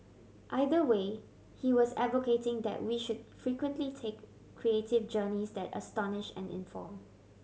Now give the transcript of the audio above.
either way he was advocating that we should frequently take creative journeys that astonish and inform